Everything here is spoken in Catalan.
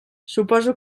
suposo